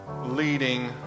leading